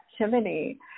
activity